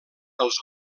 dels